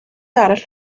arall